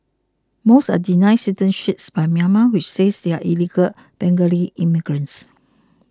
most are denied citizenship by Myanmar which says they are illegal Bengali immigrants